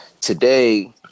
today